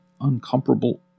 uncomparable